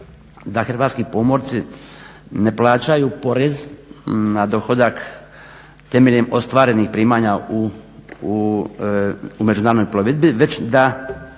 da hrvatski pomorci ne plaćaju porez na dohodak temeljem ostvarenih primanja u međunarodnoj plovidbi već da